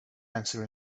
answer